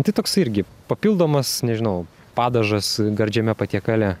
tai toksai irgi papildomas nežinau padažas gardžiame patiekale